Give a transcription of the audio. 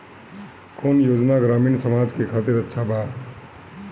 कौन योजना ग्रामीण समाज के खातिर अच्छा बा?